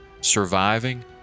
surviving